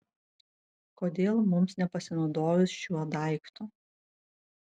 kodėl mums nepasinaudojus šiuo daiktu